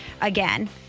Again